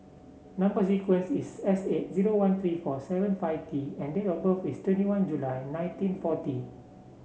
number sequence is S eight zero one three four seven five T and date of birth is twenty one July nineteen forty